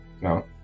No